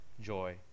joy